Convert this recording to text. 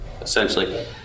essentially